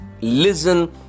listen